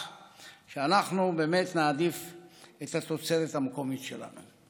שאנחנו באמת נעדיף את התוצרת המקומית שלנו.